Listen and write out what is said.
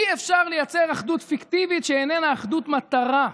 אי-אפשר לייצר אחדות פיקטיבית שאיננה אחדות מטרה.